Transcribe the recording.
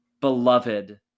beloved